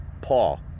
Paul